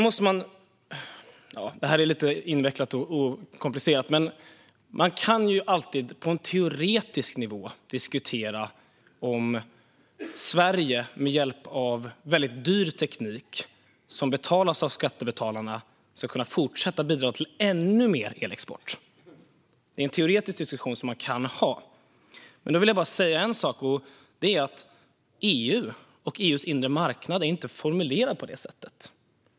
Detta är lite invecklat och komplicerat, men man kan alltid på en teoretisk nivå diskutera om Sverige med hjälp av väldigt dyr teknik, som betalas av skattebetalarna, skulle kunna fortsätta att bidra till ännu mer elexport. Detta är en teoretisk diskussion som man kan ha. Men då vill jag bara säga en sak: EU:s inre marknad är inte formulerad på det sättet.